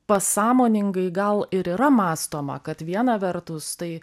pasąmoningai gal ir yra mąstoma kad viena vertus tai